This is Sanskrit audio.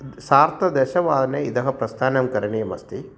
सार्धदशवादनतः प्रस्थानं करणीयम् अस्ति